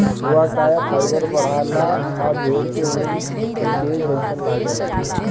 हुआकाया फाइबर बढ़ेला आ भेड़ के ऊन के जइसन लागेला